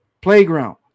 Playground